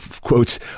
quotes